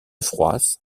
froisse